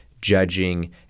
judging